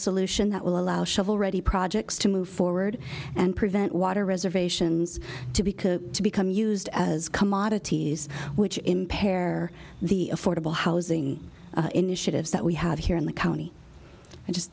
solution that will allow shovel ready projects to move forward and prevent water reservations to become to become used as commodities which impair the affordable housing initiatives that we have here in the county and just